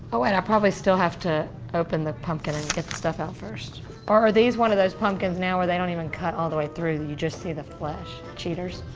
oh wait, i probably still have to open the pumpkin and get the stuff out first. or are these one of those pumpkins now, where they don't even cut all the way through, you just see the flesh? cheaters.